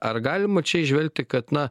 ar galima čia įžvelgti kad na